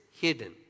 hidden